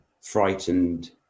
frightened